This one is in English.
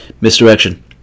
Misdirection